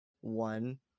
one